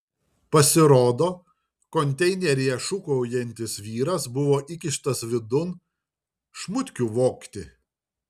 pasirodo konteineryje šūkaujantis vyras buvo įkištas vidun šmutkių vogti